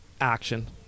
Action